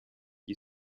gli